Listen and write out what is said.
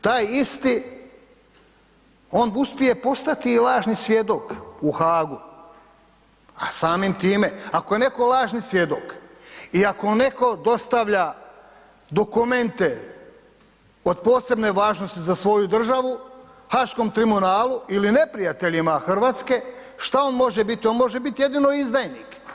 Taj isti, on uspije postati i lažni svjedok u Haagu a samim time, ako je netko laži svjedok i ako netko dostavlja dokumente od posebne važnosti za svoju državu Haaškom tribunalu ili neprijateljima Hrvatske, šta on može biti, on može biti jedino izdajnik.